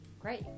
great